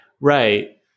Right